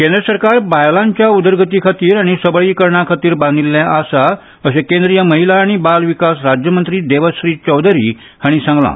केंद्र सरकार बायलांच्या उदरगती खातीर आनी सबळीकरणा खातीर बांदिल्लें आसा अशें केंद्रीय महिला आनी बाल विकास राज्य मंत्री देवश्री चौधरी हांणी सांगलां